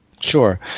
Sure